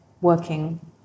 working